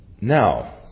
Now